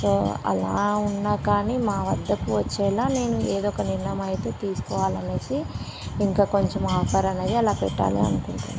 so అలా ఉన్నా కానీ మా వద్దకు వచ్చేలాగ నేను ఏదో ఒక నిర్ణయం అతే తీసుకోవాలి అని ఇంకా కొంచెం ఆఫర్ అనేది అలా పెట్టాలి అనుకుంటున్నాను